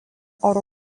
oro